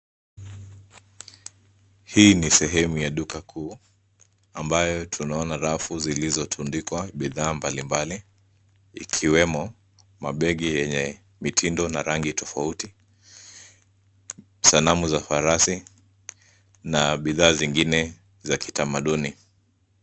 Hii ni sehemu ya duka kuu ,ambayo tunaona rafu zilizotundikwa bidhaa mbalimbali ikiwemo mabegi yenye mitindo na rangi tofauti, sanamu za farasi na bidhaa zingine za kitamaduni.